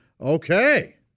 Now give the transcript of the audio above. Okay